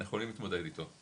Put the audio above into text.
אנחנו יכולים להתמודד איתו.